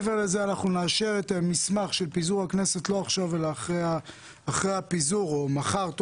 אנחנו נאשר את מסמך פיזור הכנסת לא עכשיו אלא אחרי הפיזור או מחר,